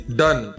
done